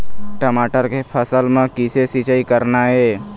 टमाटर के फसल म किसे सिचाई करना ये?